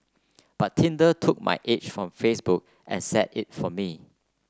but Tinder took my age from Facebook and set it for me